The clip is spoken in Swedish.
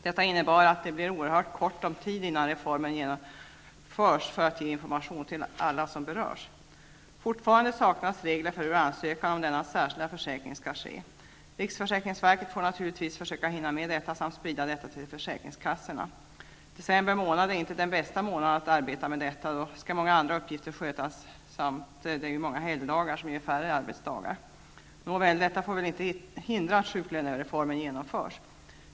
Det innebär att det blir oerhört ont om tid före reformens genomförande när det gäller att ge information till alla som berörs. Fortfarande saknas det regler för hur ansökan om denna särskilda försäkring skall ske. Riksförsäkringsverket får naturligtvis försöka hinna med detta samt sprida information till försäkringskassorna. December månad är inte den bästa månaden för att arbeta med detta. Då skall ju många andra uppgifter skötas. Dessutom är det många helgdagar i den månaden och därmed färre arbetsdagar. Nåväl, detta får inte hindra att sjuklönereformen genomförs.